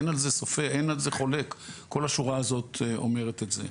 אין על זה חולק וכל שורת האנשים הזו שיושבת פה אומרת את זה.